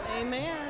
Amen